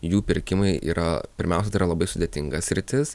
jų pirkimai yra pirmiausia tai yra labai sudėtinga sritis